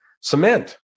cement